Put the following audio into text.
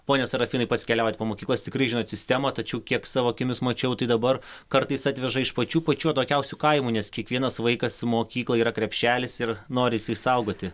pone serafinai pats keliaujat po mokyklas tikrai žinot sistemą tačiau kiek savo akimis mačiau tai dabar kartais atveža iš pačių pačių atokiausių kaimų nes kiekvienas vaikas mokyklai yra krepšelis ir norisi išsaugoti